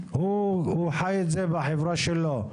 הוא חי את זה בחברה שלו,